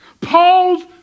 Paul's